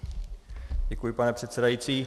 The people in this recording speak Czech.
Děkuji, pane předsedající.